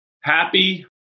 Happy